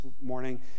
morning